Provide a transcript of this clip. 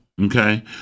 Okay